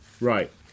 Right